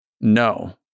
No